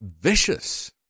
vicious